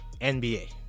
NBA